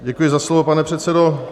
Děkuji za slovo, pane předsedo.